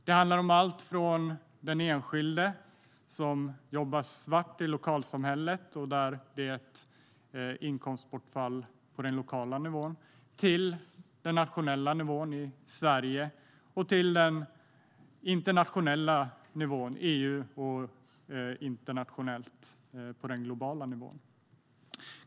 Det handlar om allt från den enskilde som jobbar svart i lokalsamhället, vilket leder till inkomstbortfall på den lokala nivån, till den nationella nivån i Sverige och den internationella nivån, alltså EU och även globalt.